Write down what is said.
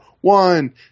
one